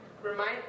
Remind